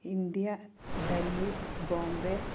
India Delhi Bombay